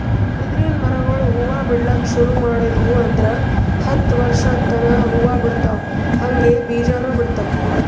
ಬಿದಿರಿನ್ ಮರಗೊಳ್ ಹೂವಾ ಬಿಡ್ಲಕ್ ಶುರು ಮಾಡುದ್ವು ಅಂದ್ರ ಹತ್ತ್ ವರ್ಶದ್ ತನಾ ಹೂವಾ ಬಿಡ್ತಾವ್ ಹಂಗೆ ಬೀಜಾನೂ ಬಿಡ್ತಾವ್